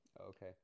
Okay